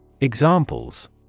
Examples